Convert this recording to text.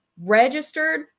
registered